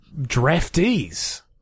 draftees